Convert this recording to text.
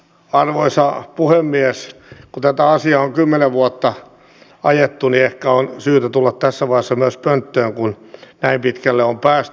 kun tätä asiaa on kymmenen vuotta ajettu niin ehkä on syytä tulla tässä vaiheessa myös pönttöön kun näin pitkälle on päästy